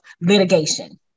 litigation